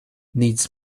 needs